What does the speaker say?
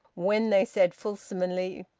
when they said fulsomely,